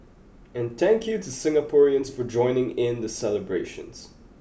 and thank you to Singaporeans for joining in the celebrations